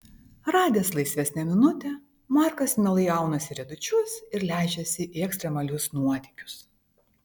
radęs laisvesnę minutę markas mielai aunasi riedučius ir leidžiasi į ekstremalius nuotykius